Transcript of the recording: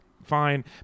Fine